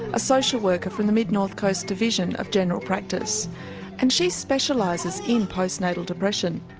a social worker for the mid north coast division of general practice and she specialises in postnatal depression.